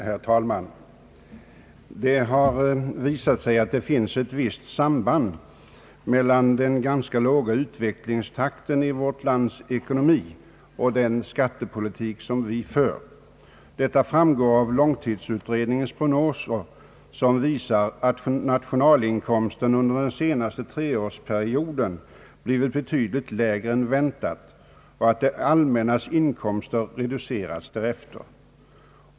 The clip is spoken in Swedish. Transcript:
Herr talman! Det har visat sig att det finns ett visst samband mellan den ganska låga utvecklingstakten i vårt lands ekonomi och den skattepolitik som vi för. Detta framgår av långtidsutredningens prognoser som visar att nationalinkomsten under den senaste treårsperioden blivit betydligt lägre än väntat och att det allmännas inkomster reducerats därefter.